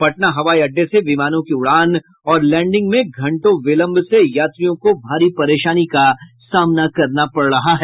पटना हवाई अड्डे से विमानों की उड़ान और लैंडिंग में घंटों विलंब से यात्रियों को भारी परेशानी का सामना करना पड़ रहा है